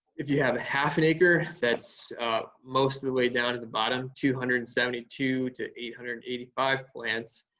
if you have half an acre, that's most of the way down at the bottom, two hundred and seventy two to eight hundred and eighty five plants,